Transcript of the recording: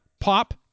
pop